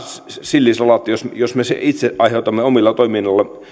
sillisalaatti jos jos me sen itse aiheutamme omalla toiminnallamme